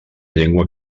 llengua